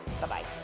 Bye-bye